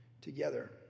together